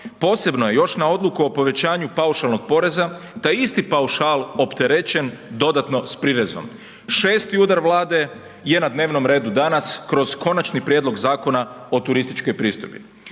posebno je još na Odluku o povećanju paušalnog poreza, taj isti paušal opterećen dodatno s prirezom. 6. udar Vlade je na dnevnom redu danas kroz Konačni prijedlog Zakona o turističkoj pristojbi.